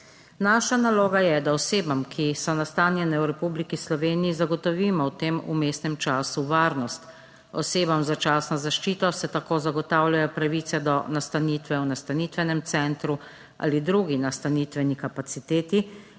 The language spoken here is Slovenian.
Naša naloga je, da osebam, ki so nastanjene v Republiki Sloveniji zagotovimo v tem vmesnem času varnost, osebam z začasno zaščito se tako zagotavljajo pravice do nastanitve v nastanitvenem centru ali drugi nastanitveni kapaciteti,